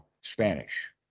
Spanish